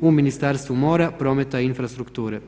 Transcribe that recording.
u Ministarstvu mora, prometa i infrastrukture.